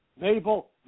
Mabel